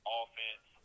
offense